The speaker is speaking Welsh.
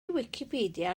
wicipedia